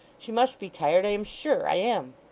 she must be tired, i am sure i am